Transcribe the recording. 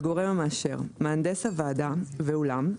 "הגורם המאשר" מהנדס הוועדה ואולם,